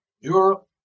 Europe